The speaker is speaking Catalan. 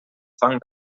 fang